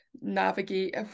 navigate